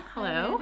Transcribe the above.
Hello